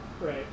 right